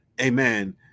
Amen